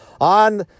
on